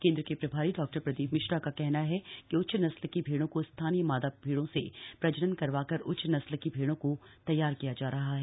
केंद्र के प्रभारी डॉ प्रदीप मिश्रा का कहना है कि उच्च नस्ल की भेड़ों को स्थानीय मादा भैड़ों से प्रजनन करवाकर उच्च नस्ल की भैड़ों को तैयार किया जा रहा है